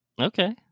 Okay